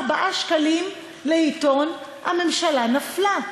ארבעה שקלים לעיתון הממשלה נפלה.